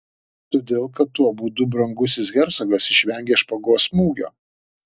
todėl kad tuo būdu brangusis hercogas išvengia špagos smūgio